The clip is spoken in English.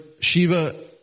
Shiva